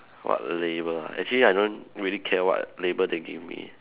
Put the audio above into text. what labour ah actually I don't really care what labour they give me